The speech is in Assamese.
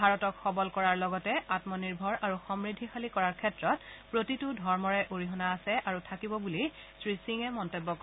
ভাৰতক সবল কৰাৰ লগতে আত্মনিৰ্ভৰ আৰু সমূদ্ধিশালী কৰাৰ ক্ষেত্ৰত প্ৰতিটো ধৰ্মৰে অৰিহণা আছে আৰু থাকিব বুলি শ্ৰীসিঙে মন্তব্য কৰে